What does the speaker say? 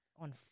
on